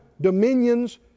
dominions